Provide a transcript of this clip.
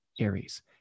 Aries